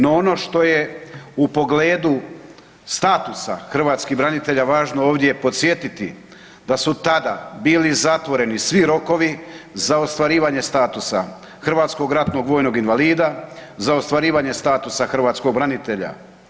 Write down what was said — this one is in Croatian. No, ono što je u pogledu statusa hrvatskih branitelja važno ovdje podsjetiti da su tada bili zatvoreni svi rokovi za ostvarivanje statusa hrvatskog ratnog vojnog invalida, za ostvarivanje statusa hrvatskog branitelja.